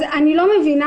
אז אני לא מבינה.